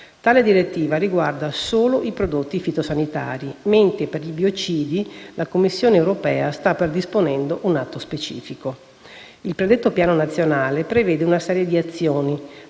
Tale direttiva riguarda solo i prodotti fitosanitari, mentre per i biocidi la Commissione europea sta predisponendo un atto specifico. Il predetto Piano nazionale prevede una serie di azioni,